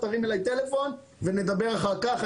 תרים אליי טלפון ונדבר אחר כך,